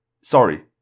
Sorry